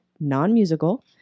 non-musical